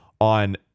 on